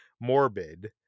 morbid